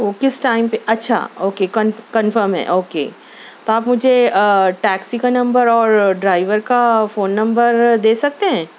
وہ کس ٹائم پہ اچھا اوکے کون کنفرم ہے اوکے تو آپ مجھے ٹیکسی کا نمبر اور ڈرائیور کا فون نمبر دے سکتے ہیں